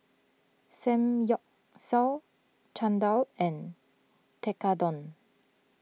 Samgyeopsal Chan Dal and Tekkadon